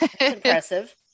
impressive